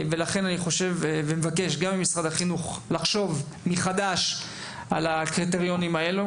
לכן אני מבקש גם ממשרד החינוך לחשוב מחדש על הקריטריונים האלה,